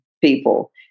people